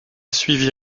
suivi